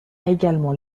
également